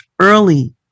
early